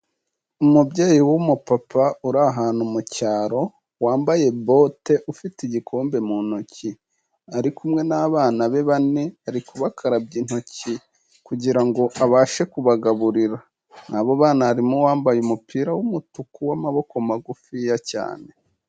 Umubyeyi w'umupapa uri ahantu mu cyaro, wambaye bote, ufite igikombe mu ntoki. Ari kumwe n'abana be bane. Arikubakarabya intoki kugira ngo abashe kubagaburira. Mw'abo bana harimo uwambaye umupira w'umutuku w'amaboko magufiya cyane.